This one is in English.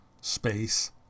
space